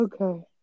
okay